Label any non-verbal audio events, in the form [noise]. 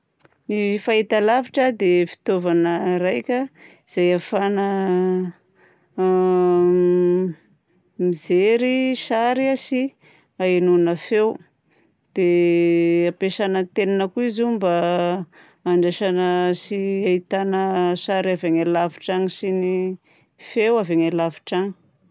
Ny fahitalavitra dia fitaovana raika izay ahafahana m [hesitation] mijery sary sy ahenoana feo. Dia ampiasana antenne koa izy io mba handraisana sy [hesitation] ahitana sary avy any alavitra agny sy ny feo avy any alavitra agny.